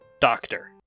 Doctor